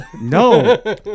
no